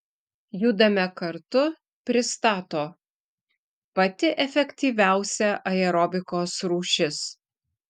judame kartu pristato pati efektyviausia aerobikos rūšis